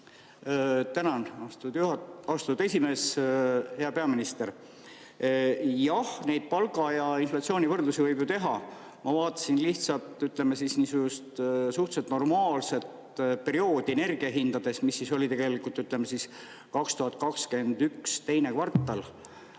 Tänan, austatud esimees! Hea peaminister! Jah, neid palga ja inflatsiooni võrdlusi võib ju teha. Ma vaatasin lihtsalt, ütleme siis, niisugust suhteliselt normaalset perioodi energiahindades, mis oli 2021 teine kvartal.